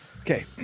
Okay